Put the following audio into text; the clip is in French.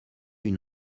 une